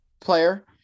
player